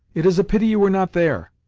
it is a pity you were not there.